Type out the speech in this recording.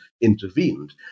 intervened